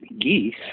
geese